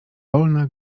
wolna